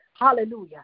Hallelujah